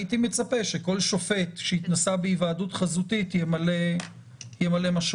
הייתי מצפה שכל שופט שהתנסה בהיוועדות חזותית ימלא משוב.